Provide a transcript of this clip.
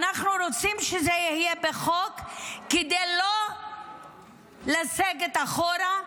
אנחנו רוצים שזה יהיה בחוק כדי לא לסגת אחורה,